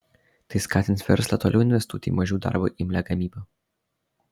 tai skatins verslą toliau investuoti į mažiau darbui imlią gamybą